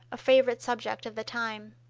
a favorite subject of the time.